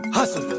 Hustle